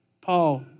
Paul